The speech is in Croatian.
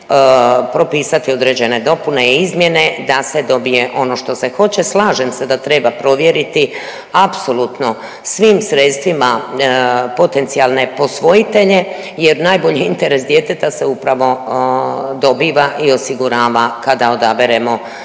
propisati određene dopune i izmjene da se dobije ono što se hoće. Slažem se da treba provjeriti apsolutno svim sredstvima potencijalne posvojitelje jer najbolji interes djeteta se upravo dobiva i osigurava kada odaberemo